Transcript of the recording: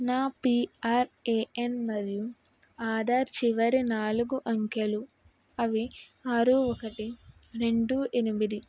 నా పిఆర్ఏఎన్ మరియు ఆధార్ చివరి నాలుగు అంకెలు అవి ఆరు ఒకటి రెండు ఎనిమిది